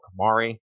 Kamari